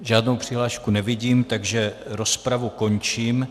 Žádnou přihlášku nevidím, takže rozpravu končím.